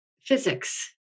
physics